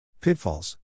Pitfalls